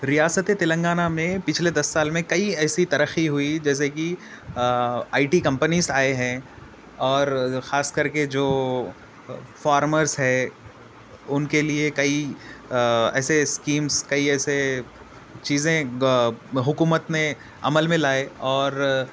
ریاست تلنگانہ میں پچھلے دس سال میں کئی ایسی ترقی ہوئی جیسے کہ آئی ٹی کمپنیز آئے ہیں اور خاص کر کے جو فارمرس ہے ان کے لئے کئی ایسے اسکیمس کئی ایسے چیزیں حکومت نے عمل میں لائے اور